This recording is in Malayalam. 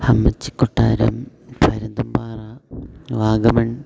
അമ്മച്ചിക്കൊട്ടാരം പരുന്തുംപാറ വാഗമൺ